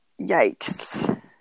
Yikes